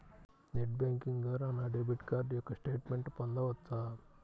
Net banking ద్వారా నా debit card యొక్క స్టేట్మెంట్ పొందవచ్చా?